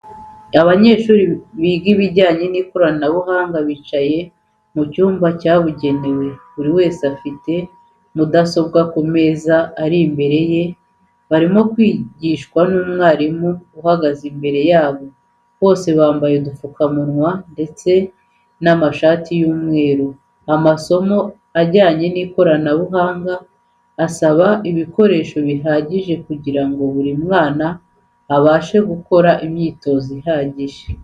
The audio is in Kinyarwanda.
Abanyeshuri biga ibijyanye n'ikoranabuhanga bicaye mu cyumba cyabugenewe, buri wese afite mudasobwa ku meza ari imbere barimo kwigishwa n'umwarimu uhagaze imbere yabo, bose bambaye udupfukamunwa ndetse n'amashati y'umweru. Amasomo ajyanye n'ikoranabuhanga asaba ibikoreso bihagije kugira ngo buri mwana abashe gukora imyitozo ihagije.